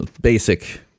basic